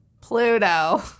Pluto